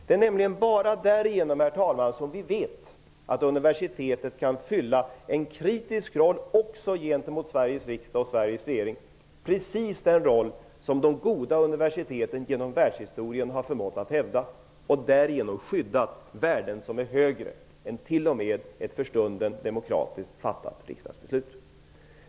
Det är nämligen bara därigenom som vi vet, herr talman, att universitetet kan fylla en kritisk roll också mot Sveriges riksdag och Sveriges regering, precis den roll som de goda universiteten genom världshistorien har förmått att hävda och därigenom skydda värden som är högre än t.o.m. ett för stunden demokratiskt fattat riksdagsbeslut.